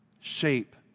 shape